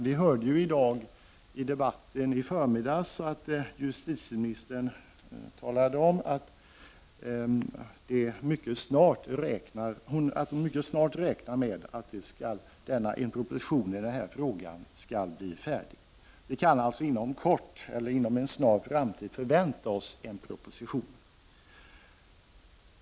Vi hörde ju i debatten på förmiddagen att justitieministern sade att hon räknar med att en proposition i denna fråga mycket snart skall bli färdig. Vi kan alltså inom en snar framtid förvänta oss en proposition.